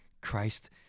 Christ